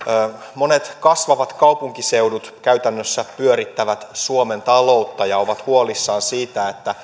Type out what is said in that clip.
monet kasvavat kaupunkiseudut käytännössä pyörittävät suomen taloutta ja ovat huolissaan siitä